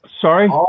Sorry